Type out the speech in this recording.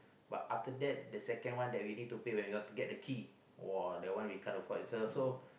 but after that the second one that we need to pay when you want to get the key !wah! that one we can't afford so